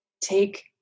take